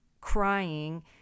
crying